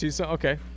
Okay